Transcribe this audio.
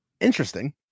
Interesting